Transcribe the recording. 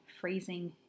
freezing